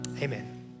Amen